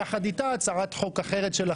יחד איתה הצעת חוק אחרת שלכם.